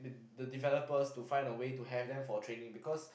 the developers to find a way to have them for training because